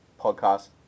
podcast